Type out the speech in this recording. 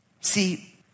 See